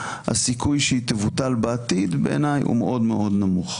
הסיכוי שהיא תבוטל בעתיד בעיניי הוא מאוד מאוד נמוך.